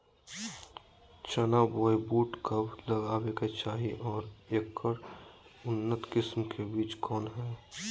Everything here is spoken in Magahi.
चना बोया बुट कब लगावे के चाही और ऐकर उन्नत किस्म के बिज कौन है?